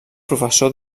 professor